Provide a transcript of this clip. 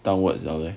downwards liao leh